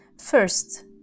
First